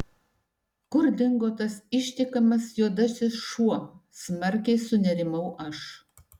kur dingo tas ištikimas juodasis šuo smarkiai sunerimau aš